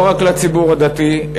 לא רק לציבור הדתי,